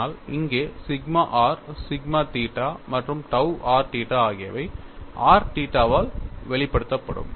ஆனால் இங்கே sigma r sigma theta மற்றும் tau r தீட்டா ஆகியவை r தீட்டாவில் வெளிப்படுத்தப்படும்